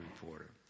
reporter